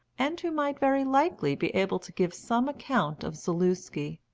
and who might very likely be able to give some account of zaluski